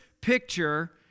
picture